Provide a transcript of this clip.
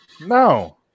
No